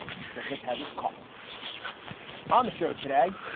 privilege has its costs on the show today.